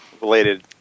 related